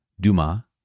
Duma